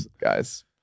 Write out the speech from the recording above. guys